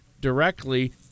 directly